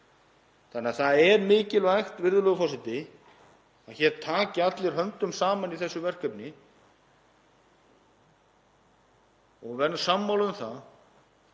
aftur. Það er mikilvægt, virðulegur forseti, að hér taki allir höndum saman í þessu verkefni og verði sammála um að